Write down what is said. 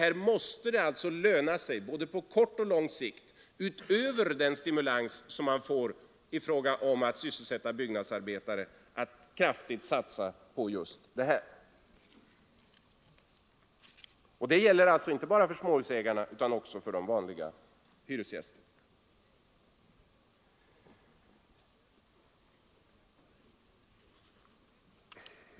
Här måste det både på kort och på lång sikt löna sig — utöver den stimulans man får i fråga om att sysselsätta byggnadsarbetare — att kraftigt satsa på just värmeisoleringen. Det gäller inte bara småhusägarna utan också de vanliga hyresgästerna.